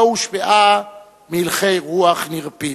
שלא הושפעה מהלכי רוח נרפים.